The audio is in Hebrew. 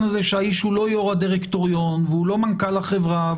הזה שהאיש הוא לא יו"ר הדירקטוריון והוא לא מנכ"ל החברה,